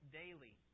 daily